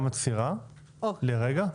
גם עצירה לרגע?